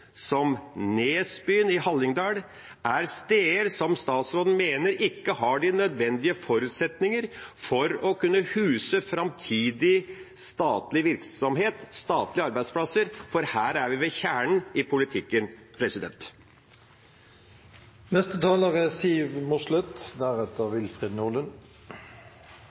Nesbyen i Hallingdal er steder som statsråden mener ikke har de nødvendige forutsetninger for å kunne huse framtidig statlig virksomhet, statlige arbeidsplasser? Her er vi ved kjernen i politikken.